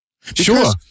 Sure